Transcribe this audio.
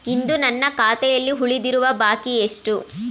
ಇಂದು ನನ್ನ ಖಾತೆಯಲ್ಲಿ ಉಳಿದಿರುವ ಬಾಕಿ ಎಷ್ಟು?